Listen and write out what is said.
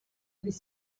les